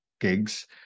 gigs